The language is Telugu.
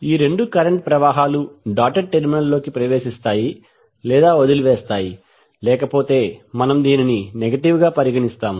ఈ రెండు కరెంట్ ప్రవాహాలు డాటెడ్ టెర్మినల్స్లోకి ప్రవేశిస్తాయి లేదా వదిలివేస్తాయి లేకపోతే మనం దీనిని నెగటివ్ గా పరిగణిస్తాము